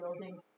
building